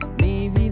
gave